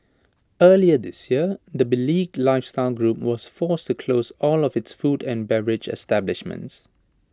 earlier this year the beleaguered lifestyle group was forced to close all of its food and beverage establishments